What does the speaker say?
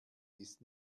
ist